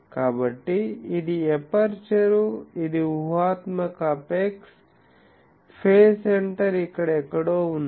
కాబట్టి ఇది ఎపర్చరు ఇది ఊహాత్మక అపెక్స్ ఫేజ్ సెంటర్ ఇక్కడ ఎక్కడో ఉంది